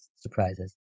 surprises